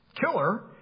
killer